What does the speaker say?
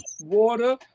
water